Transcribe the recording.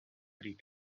рік